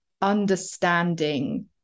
understanding